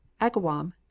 Agawam